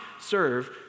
serve